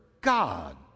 God